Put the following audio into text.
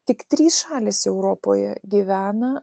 tik trys šalys europoje gyvena